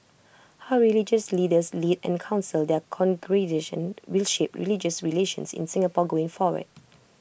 how religious leaders lead and counsel their congregations will shape religious relations in Singapore going forward